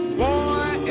boy